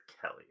Kelly